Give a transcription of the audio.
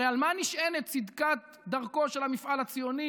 הרי על מה נשענת צדקת דרכו של המפעל הציוני